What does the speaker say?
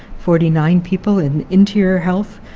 forty nine people in interior health,